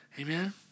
amen